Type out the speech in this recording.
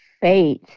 faith